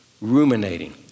ruminating